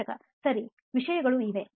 ಸಂದರ್ಶಕ ಸರಿ ವಿಷಯಗಳು ಇವೆ